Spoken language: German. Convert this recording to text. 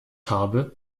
habe